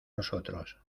nosotros